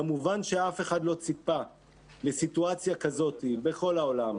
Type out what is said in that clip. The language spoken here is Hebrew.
כמובן שאף אחד לא ציפה לסיטואציה כזאת בכל העולם,